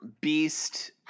Beast